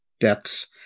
debts